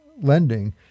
lending